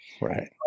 Right